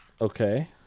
Okay